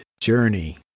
journey